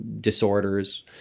disorders